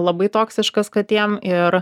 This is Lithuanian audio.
labai toksiškas katėm ir